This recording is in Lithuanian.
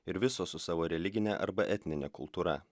ir visos su savo religine arba etnine kultūra